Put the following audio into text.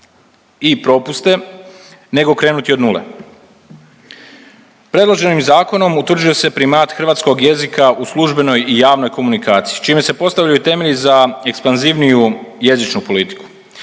i propuste, nego krenuti od nule. Predloženim zakonom utvrđuje se primat hrvatskog jezika u službenoj i javnoj komunikaciji s čime se postavljaju temelji za ekspanzivniju jezičnu politiku.